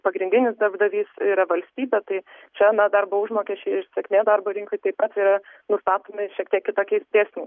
pagrindinis darbdavys yra valstybė tai čia na darbo užmokesčiui ir sėkmė darbo rinkoj taip pat yra nusakomi šiek tiek kitokiais dėsniais